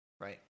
right